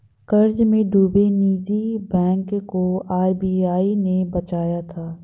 कर्ज में डूबे निजी बैंक को आर.बी.आई ने बचाया था